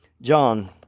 John